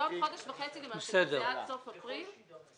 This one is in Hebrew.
זה עוד חודש וחצי למעשה, עד סוף חודש אפריל.